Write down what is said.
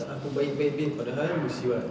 tak ah aku baik baik baik padahal musibat